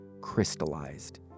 crystallized